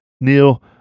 Neil